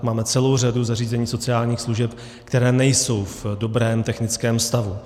Máme celou řadu zařízení sociálních služeb, která nejsou v dobrém technickém stavu.